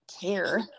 care